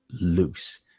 loose